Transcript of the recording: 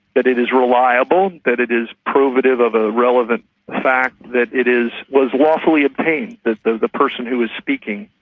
that it is reliable, that it is probative of a relevant fact, that it is. was lawfully obtained, that the person who was speaking,